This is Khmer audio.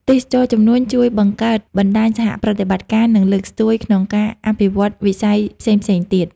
ទេសចរណ៍ជំនួញជួយបង្កើតបណ្តាញសហប្រតិបត្តិការ និងលើកស្ទួយក្នុងការអភិវឌ្ឍន៍វិស័យផ្សេងៗទៀត។